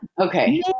Okay